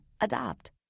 Adopt